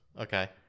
Okay